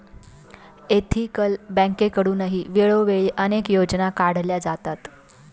ethical बँकेकडूनही वेळोवेळी अनेक योजना काढल्या जातात